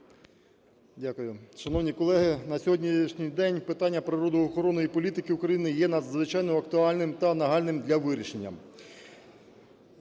Дякую. Шановні колеги, на сьогоднішній день питання природоохоронної політики України є надзвичайно актуальним та нагальним для вирішення.